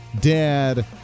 dad